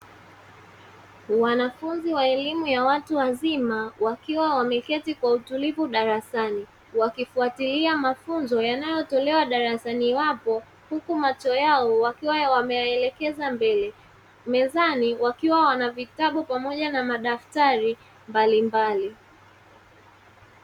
Wanafunzi wa elimu ya watu wazima wakiwa wameketi kwa utulivu darasani wakifuatilia mafunzo yanayotolewa darasani hapo, huku macho yao wakiwa wameyaelekeza mbele mezani wakiwa wana vitabu pamoja na madaftari mbalimbali.